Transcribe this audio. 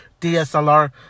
DSLR